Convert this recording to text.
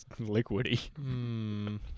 liquidy